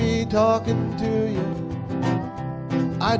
me talking to i